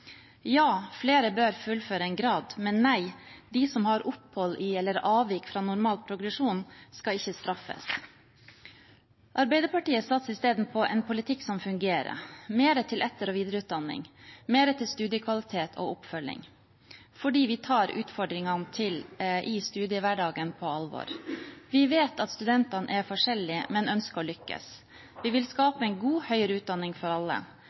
Ja, flere bør fullføre en grad, men nei, de som har opphold i eller avvik fra normal progresjon, skal ikke straffes. Arbeiderpartiet satser i stedet på en politikk som fungerer – mer til etter- og videreutdanning, mer til studiekvalitet og oppfølging – fordi vi tar utfordringene i studiehverdagen på alvor. Vi vet at studentene er forskjellige, men de ønsker å lykkes. Vi vil skape en god høyere utdanning for alle,